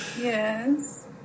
Yes